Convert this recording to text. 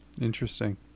interesting